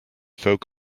folk